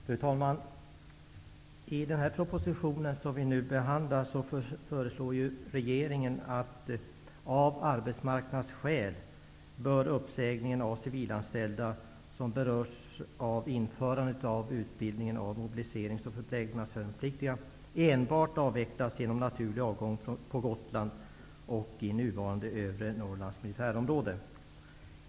Fru talman! I den proposition som vi nu behandlar föreslår regeringen att avvecklingen av de civilanställda som berörs av införandet av utbildningen av mobiliserings och förplägnadsvärnpliktiga av arbetsmarknadsskäl enbart bör ske genom naturlig avgång på Gotland och i nuvarande Övre Norrlands militärområde.